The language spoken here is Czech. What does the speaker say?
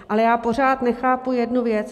Ale já pořád nechápu jednu věc.